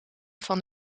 van